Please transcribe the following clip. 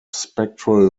spectral